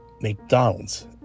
McDonald's